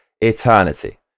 eternity